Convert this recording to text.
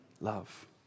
love